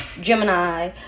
Gemini